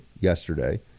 yesterday